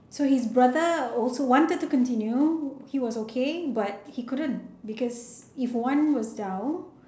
so his brother also wanted to continue he was okay but he couldn't because if one was down